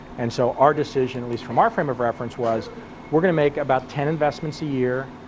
and so our decision, at least from our frame of reference was we're going to make about ten investments a year,